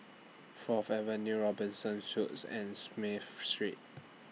Fourth Avenue Robinson Suites and Smith Street